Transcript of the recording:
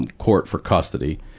and court for custody.